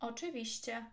Oczywiście